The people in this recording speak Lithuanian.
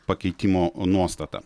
pakeitimo nuostata